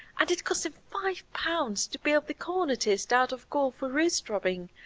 and it cost him five pounds to bail the cornettist out of gaol for roost robbing.